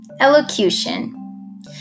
Elocution